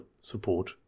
support